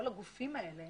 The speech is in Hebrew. כל הגופים האלה